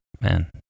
man